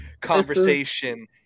conversation